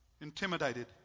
Intimidated